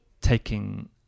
taking